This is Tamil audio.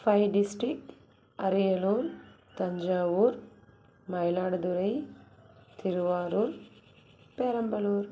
five district Ariyalur Thanjavur Mayiladuthurai Thiruvarur Perambalur